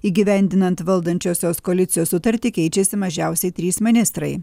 įgyvendinant valdančiosios koalicijos sutartį keičiasi mažiausiai trys ministrai